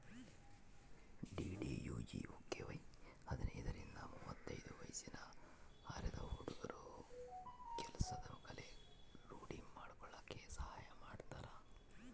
DDUGKY ಹದಿನೈದರಿಂದ ಮುವತ್ತೈದು ವಯ್ಸಿನ ಅರೆದ ಹುಡ್ಗುರ ಕೆಲ್ಸದ್ ಕಲೆ ರೂಡಿ ಮಾಡ್ಕಲಕ್ ಸಹಾಯ ಮಾಡ್ತಾರ